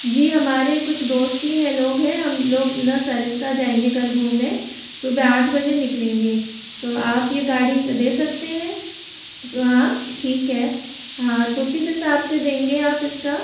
जी हमारे कुछ दोस्त ही है लोग हैं हम लोग ना सरिस्का जाएंगे कल घूमने सुबह आठ बजे निकलेंगे तो आप ये गाड़ी दे सकते हैं सो हाँ ठीक है हाँ तो किस हिसाब से देंगे आप इस का